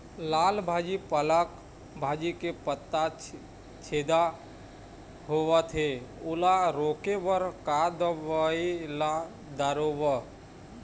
लाल भाजी पालक भाजी के पत्ता छेदा होवथे ओला रोके बर का दवई ला दारोब?